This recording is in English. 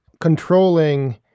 controlling